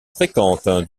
fréquentes